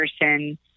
person